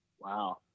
Wow